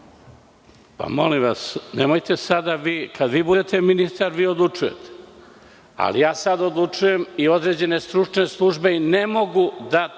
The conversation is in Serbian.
Molim vas, nemojte sada, kada vi budete ministar vi odlučujte, ali ja sada odlučujem i određene stručne službe ne mogu to